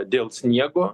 dėl sniego